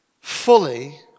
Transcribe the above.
fully